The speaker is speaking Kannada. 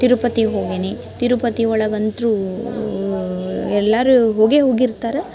ತಿರುಪತಿಗೆ ಹೋಗೇನಿ ತಿರುಪತಿ ಒಳಗಂತೂ ಎಲ್ಲರೂ ಹೋಗೇ ಹೋಗಿರ್ತಾರೆ